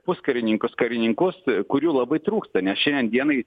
puskarininkius karininkus kurių labai trūksta nes šiandien dienai